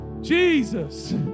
Jesus